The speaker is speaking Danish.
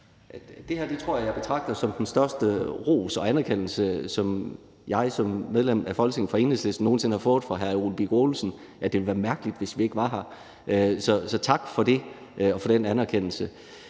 Det her tror jeg jeg betragter som den største ros og anerkendelse, som jeg som medlem af Folketinget for Enhedslisten nogen sinde har fået af hr. Ole Birk Olesen, altså at det ville være mærkeligt, hvis vi ikke var her. Så tak for det og for den anerkendelse.